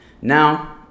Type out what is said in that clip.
now